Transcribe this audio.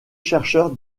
chercheurs